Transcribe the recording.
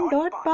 Dot